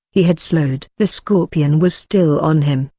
he had slowed. the scorpion was still on him,